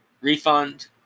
refund